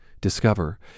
discover